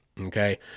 okay